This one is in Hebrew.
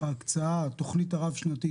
התוכנית הרב-שנתית,